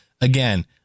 again